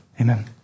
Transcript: Amen